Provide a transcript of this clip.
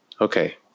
Okay